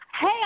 Hey